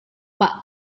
pak